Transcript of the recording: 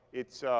it's